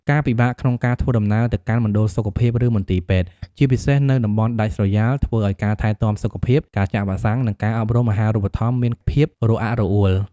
ការពិបាកក្នុងការធ្វើដំណើរទៅកាន់មណ្ឌលសុខភាព ឬមន្ទីរពេទ្យ ជាពិសេសនៅតំបន់ដាច់ស្រយាល ធ្វើឱ្យការថែទាំសុខភាព ការចាក់វ៉ាក់សាំង និងការអប់រំអាហារូបត្ថម្ភមានភាពរអាក់រអួល។